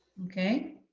okay?